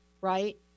right